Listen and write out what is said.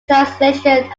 translations